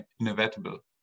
inevitable